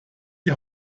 die